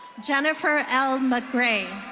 jennifer l magray.